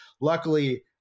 luckily